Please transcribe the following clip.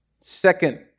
Second